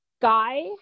guy